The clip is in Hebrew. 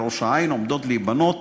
בראש-העין עומדות להיבנות